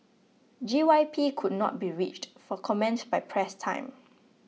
G Y P could not be reached for comment by press time